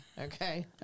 Okay